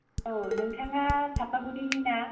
औ नोंथाङा चापागुरिनि ना